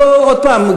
עוד פעם,